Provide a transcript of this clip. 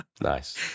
Nice